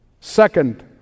Second